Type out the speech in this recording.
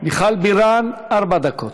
מיכל בירן, ארבע דקות.